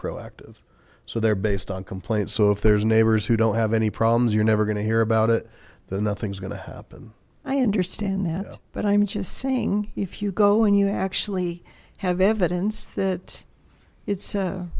proactive so they're based on complaints so if there's neighbors who don't have any problems you're never going to hear about it there's nothing's gonna happen i understand that but i'm just saying if you go and you actually have evidence that it's